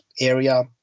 area